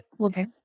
Okay